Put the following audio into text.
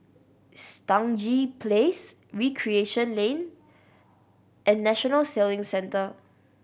Stangee Place Recreation Lane and National Sailing Centre